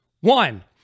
one